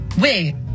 wait